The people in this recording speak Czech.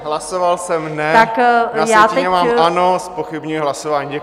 Hlasoval jsem ne, na sjetině mám ano, zpochybňuji hlasování.